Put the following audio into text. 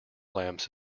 lamps